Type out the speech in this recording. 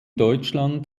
deutschland